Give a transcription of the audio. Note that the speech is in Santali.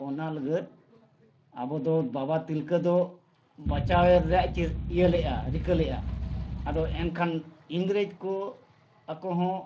ᱚᱱᱟ ᱞᱟᱹᱜᱤᱫ ᱟᱵᱚ ᱫᱚ ᱵᱟᱵᱟ ᱛᱤᱞᱠᱟᱹ ᱫᱚ ᱵᱟᱧᱪᱟᱣ ᱨᱮᱭᱟᱜ ᱤᱭᱟᱹ ᱞᱮᱜᱼᱟ ᱨᱤᱠᱟᱹ ᱞᱮᱜᱼᱟ ᱟᱫᱚ ᱮᱱᱠᱷᱟᱱ ᱤᱝᱨᱮᱡᱽ ᱠᱚ ᱟᱠᱚ ᱦᱚᱸ